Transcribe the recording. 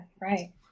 Right